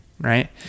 right